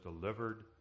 delivered